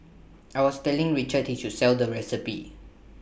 I was telling Richard he should sell the recipe